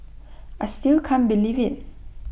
I still can't believe IT